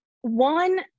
one